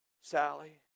Sally